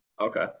Okay